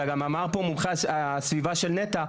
וגם אמר פה מומחה הסביבה של נת"ע,